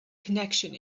connection